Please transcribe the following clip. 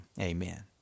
Amen